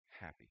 happy